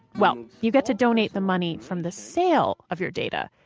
well, you get to donate the money from the sale of your data.